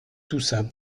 toussa